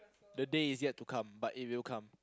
the day is yet to come but it will come